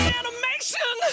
animation